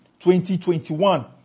2021